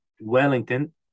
Wellington